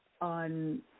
on